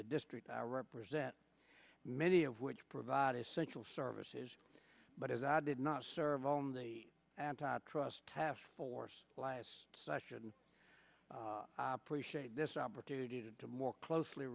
the district i represent many of which provide essential services but as i did not serve on the antitrust task force last session appreciate this opportunity to do more closely